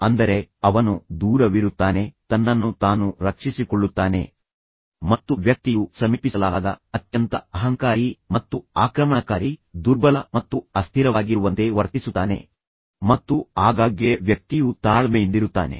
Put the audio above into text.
ಅಂದರೆ ಅವನು ದೂರವಿರುತ್ತಾನೆ ತನ್ನನ್ನು ತಾನು ರಕ್ಷಿಸಿಕೊಳ್ಳುತ್ತಾನೆ ಮತ್ತು ವ್ಯಕ್ತಿಯು ಸಮೀಪಿಸಲಾಗದ ಅತ್ಯಂತ ಅಹಂಕಾರಿ ಮತ್ತು ಆಕ್ರಮಣಕಾರಿ ದುರ್ಬಲ ಮತ್ತು ಅಸ್ಥಿರವಾಗಿರುವಂತೆ ವರ್ತಿಸುತ್ತಾನೆ ಮತ್ತು ಆಗಾಗ್ಗೆ ವ್ಯಕ್ತಿಯು ತಾಳ್ಮೆಯಿಂದಿರುತ್ತಾನೆ